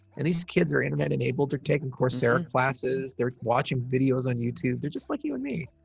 and these kids are internet enabled. they're taking coursera classes. they're watching videos on youtube. they're just like you and me.